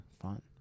Fun